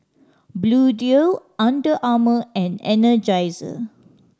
Bluedio Under Armour and Energizer